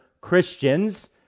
Christians